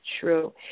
true